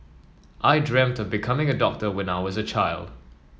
I dreamt of becoming a doctor when I was a child